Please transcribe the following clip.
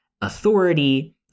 authority